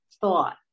thought